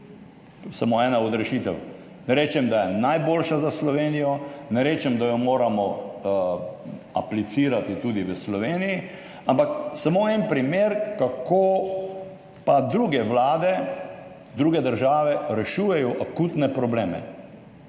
Samo ena od rešitev. Ne rečem, da je najboljša za Slovenijo, ne rečem, da jo moramo aplicirati tudi v Sloveniji, ampak je samo en primer, kako pa druge vlade, druge države rešujejo akutne probleme,